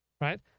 right